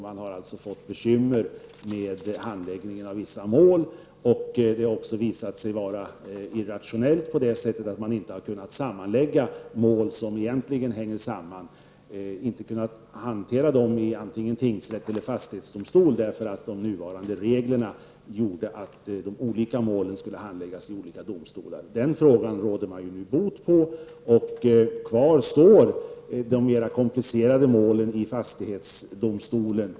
Man har fått bekymmer med handläggningen av vissa mål, och det har också visat sig vara irrationellt på det sättet att man inte har kunnat sammanlägga mål som egentligen hänger samman. Det har inte varit möjligt att hantera dessa mål i antingen tingsrätt eller fastighetsdomstol, eftersom de olika målen enligt de nuvarande reglerna skulle handläggas i olika domstolar. Detta problem råder man nu bot på, och kvar står de mera komplicerade målen i fastighetsdomstolen.